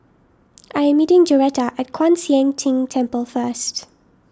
I am meeting Joretta at Kwan Siang Tng Temple first